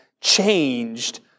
changed